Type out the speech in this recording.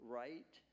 right